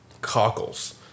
cockles